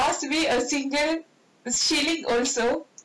don't ask don't ask me a single shilling also